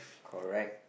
correct